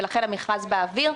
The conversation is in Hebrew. לכן המכרז באוויר.